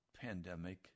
pandemic